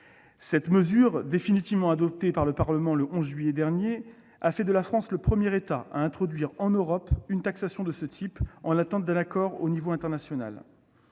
Cette mesure, définitivement adoptée par le Parlement le 11 juillet dernier, a fait de la France le premier État à introduire en Europe une taxation de ce type, dans l'attente d'un accord à l'échelon international.